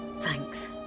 Thanks